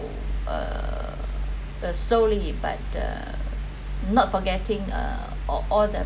uh the slowly but uh not forgetting uh all the